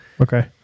Okay